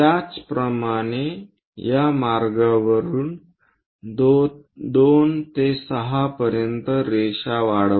त्याचप्रमाणे या मार्गावरुन 2 ते 6 पर्यंत रेषा वाढवा